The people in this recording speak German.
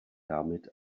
damit